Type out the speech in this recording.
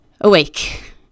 awake